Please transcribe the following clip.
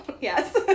Yes